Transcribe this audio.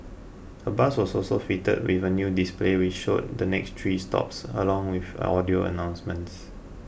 a bus was also fitted with a new display which showed the next three stops along with audio announcements